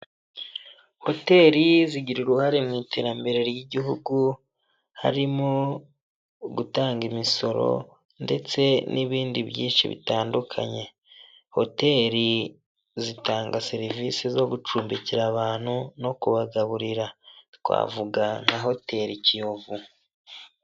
Hoteli zigira uruhare mu iterambere ry'igihugu harimo gutanga imisoro ndetse n'ibindi byinshi bitandukanye. Hoteli zitanga serivisi zo gucumbikira abantu no kubagaburira twavuga nka hoteli Kiyovu.